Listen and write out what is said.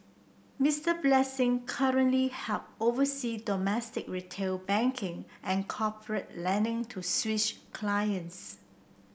Mister Blessing currently help oversee domestic retail banking and corporate lending to Swiss clients